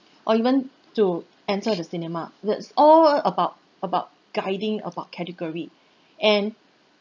or even to enter the cinema that's all about about guiding about category and